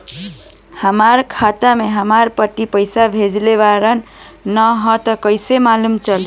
हमरा खाता में हमर पति पइसा भेजल न ह त कइसे मालूम चलि?